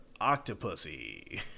Octopussy